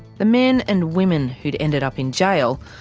the men and women who'd ended up in jail,